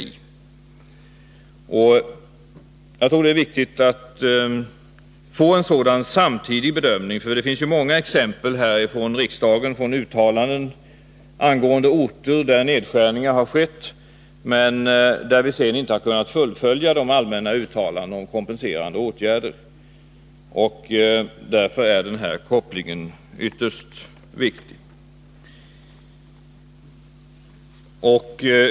Jag tror att det är viktigt att få en sådan samtidig bedömning. Det finns många exempel på orter där nedskärningar har skett men där man sedan inte kunnat fullfölja de allmänna riksdagsut talandena om kompenserande åtgärder. Därför är denna koppling ytterst viktig.